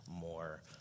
more